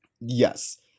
Yes